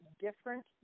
different